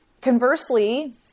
Conversely